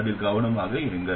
அதில் கவனமாக இருங்கள்